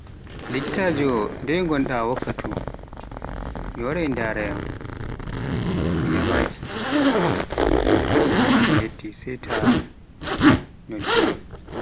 Lekkitajo nde gonɗaa waktu, mi warai ndarayam, mi yamaki miyetti sai ta noddiyam